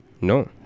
No